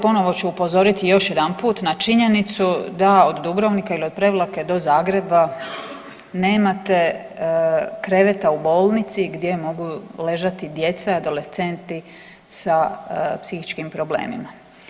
Ponovo ću upozoriti još jedanput na činjenicu da od Dubrovnika ili od Prevlake do Zagreba nemate kreveta u bolnici gdje mogu ležati djeca adolescenti sa psihičkim problemima.